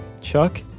chuck